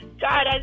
God